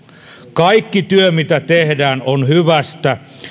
kaikki työ mitä tehdään on hyvästä